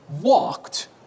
walked